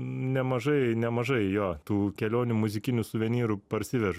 nemažai nemažai jo tų kelionių muzikinių suvenyrų parsivežu